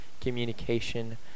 communication